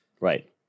Right